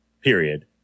period